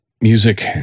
music